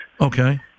Okay